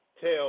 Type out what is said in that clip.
tell